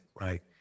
Right